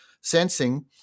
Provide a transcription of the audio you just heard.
sensing